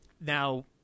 Now